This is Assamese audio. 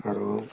আৰু